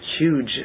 huge